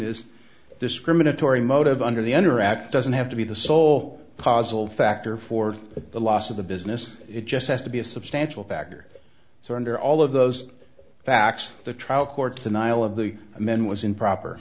is discriminatory motiv under the under act doesn't have to be the sole causal factor for the loss of the business it just has to be a substantial factor so under all of those facts the trial court denial of the men was improper